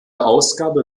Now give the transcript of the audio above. ausgabe